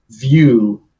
view